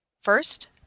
first